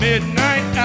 Midnight